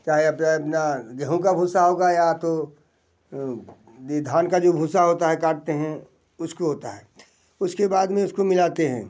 चाहे अपना अपना गेहूँ का भूसा होगा या तो ये धान का जो भूसा होता है काटते हैं उसको होता है उसके बाद में उसको मिलाते हैं